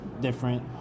different